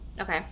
Okay